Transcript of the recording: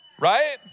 Right